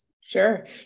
Sure